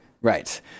Right